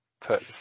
put